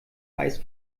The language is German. eis